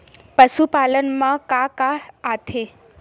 पशुपालन मा का का आथे?